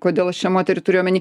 kodėl aš čia moterį turiu omeny